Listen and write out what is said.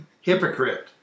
Hypocrite